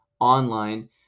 online